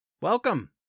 Welcome